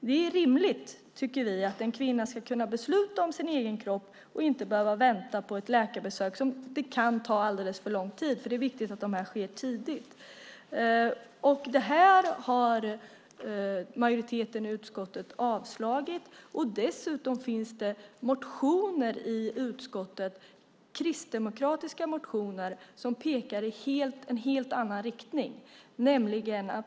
Vi tycker att det är rimligt att en kvinna ska kunna besluta om sin egen kropp och inte behöva vänta på ett läkarbesök. Det kan ta alldeles för lång tid. Det är ju viktigt att detta sker tidigt. Det har majoriteten i utskottet avstyrkt. Dessutom finns det kristdemokratiska motioner i utskottet som pekar i en helt annan riktning.